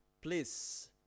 please